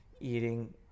eating